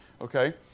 Okay